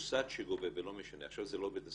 המוסד שגובה ולא משנה, עכשיו זה לא בית הספר,